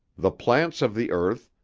the plants of the earth,